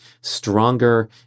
stronger